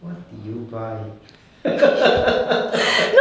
what did you buy